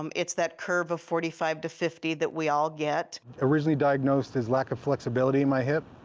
um it's that curve of forty five fifty that we all get. originally diagnosed as lack of flexibility in my hip,